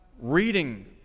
reading